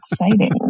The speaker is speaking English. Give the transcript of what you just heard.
exciting